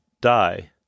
die